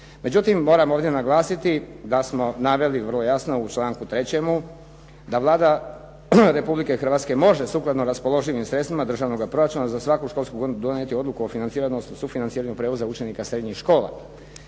Međutim, moram ovdje naglasiti da smo naveli vrlo jasno u članku 3. da Vlada Republike Hrvatske može, sukladno raspoloživim sredstvima državnoga proračuna, za svaku školsku godinu donijeti Odluku o financiranju odnosno sufinanciranju prijevoza učenika srednjih škola.